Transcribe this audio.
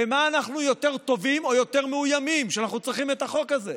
במה אנחנו יותר טובים או יותר מאוימים שאנחנו צריכים את החוק הזה?